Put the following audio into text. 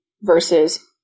versus